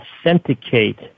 authenticate